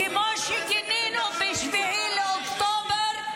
כמו שגינינו ב-7 באוקטובר,